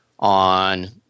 on